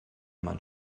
man